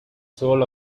soul